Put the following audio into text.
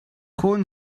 corn